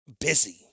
Busy